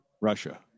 Russia